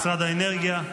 משרד האנרגיה,